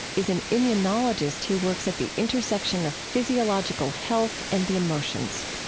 is an immunologist who works at the intersection of physiological health and the emotions.